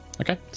Okay